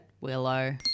Willow